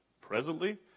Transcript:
Presently